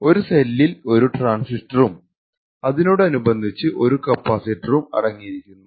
ഒരു സെല്ലിൽ ഒരു ട്രാന്സിസ്റ്ററും അതിനോടനുബന്ധിച്ചു ഒരു കപ്പാസിറ്ററും അടങ്ങിയിരിക്കുന്നു